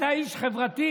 אתה איש חברתי,